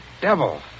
devil